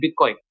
Bitcoin